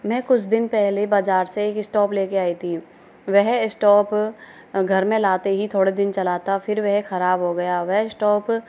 मैं कुछ दिन पहले बाजार से एक स्टोव ले के आई थी वह स्टोव घर में लाते ही थोड़े दिन चला था फिर वह खराब हो गया वह स्टोव